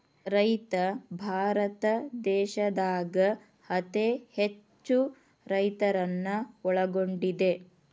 ರೈತ ಭಾರತ ದೇಶದಾಗ ಅತೇ ಹೆಚ್ಚು ರೈತರನ್ನ ಒಳಗೊಂಡಿದೆ